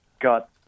got